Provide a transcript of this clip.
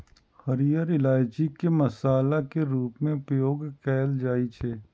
हरियर इलायची के मसाला के रूप मे उपयोग कैल जाइ छै